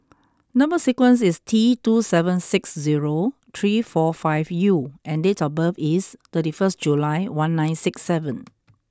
number sequence is T two seven six zero three four five U and date of birth is thirty first July one nine six seven